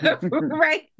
Right